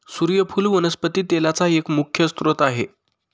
सुर्यफुल वनस्पती तेलाचा एक मुख्य स्त्रोत आहे